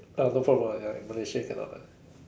uh no problem ya in Malaysia cannot ah